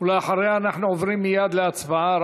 ואחריה אנחנו עוברים מייד להצבעה,